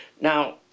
Now